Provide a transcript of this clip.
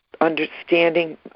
Understanding